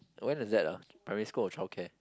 when was that ah primary school or childcare